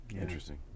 Interesting